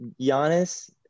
Giannis